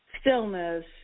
stillness